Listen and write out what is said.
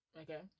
okay